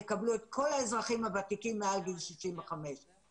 תקבלו את כל האזרחים הוותיקים מעל גיל 65. סליחה,